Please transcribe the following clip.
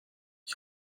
ich